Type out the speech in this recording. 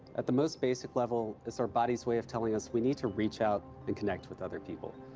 at the most basic level, it's our body's way of telling us we need to reach out and connect with other people.